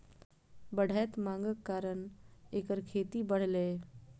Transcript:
बढ़ैत मांगक कारण एकर खेती बढ़लैए